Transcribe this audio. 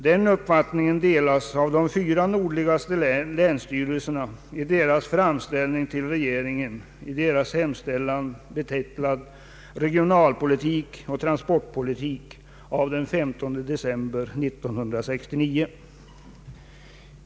Den uppfattningen delas av de fyra nordligaste länsstyrelserna i deras framställning till regeringen, betecknad Regionalpolitik och transportpolitik, av den 15/12 1969.